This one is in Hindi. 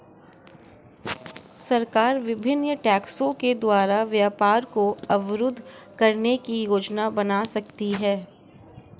सरकार विभिन्न टैक्सों के द्वारा व्यापार को अवरुद्ध करने की योजना बना सकती है